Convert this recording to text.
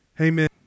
Amen